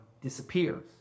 disappears